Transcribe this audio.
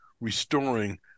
restoring